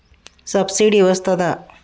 Subsidy వస్తదా?